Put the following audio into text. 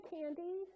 Candy